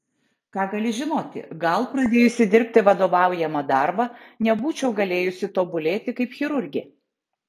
ką gali žinoti gal pradėjusi dirbti vadovaujamą darbą nebūčiau galėjusi tobulėti kaip chirurgė